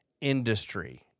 industry